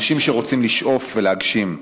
אנשים שרוצים לשאוף ולהגשים.